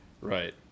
Right